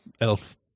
elf